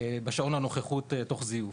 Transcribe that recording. בשעון הנוכחות תוך זיוף.